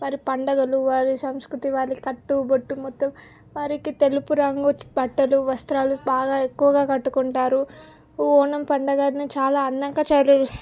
వారి పండగలు వారి సంస్కృతి వారి కట్టు బొట్టు మొత్తం వారికి తెలుపు రంగు బట్టలు వస్త్రాలు బాగా ఎక్కువగా కట్టుకుంటారు ఓనం పండగని చాలా అందంగా జరు